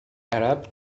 arab